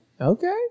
okay